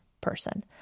person